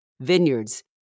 vineyards